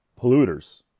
polluters